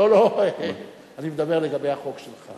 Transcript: לא לא, אני מדבר לגבי החוק שלך.